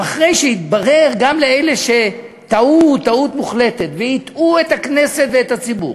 אחרי שהתברר גם לאלה שטעו טעות מוחלטת והטעו את הכנסת והציבור